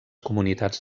comunitats